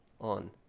on